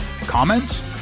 Comments